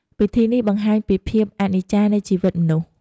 ពិធីនេះបង្ហាញពីភាពអនិច្ចានៃជីវិតមនុស្ស។